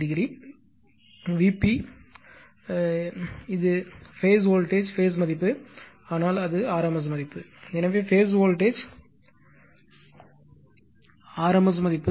Vp நான் சொன்னேன் இது பேஸ் வோல்டேஜ் பேஸ் மதிப்பு ஆனால் அது rms மதிப்பு எனவே பேஸ் வோல்டேஜ் rms மதிப்பு